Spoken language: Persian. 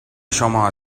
شما